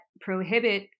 prohibit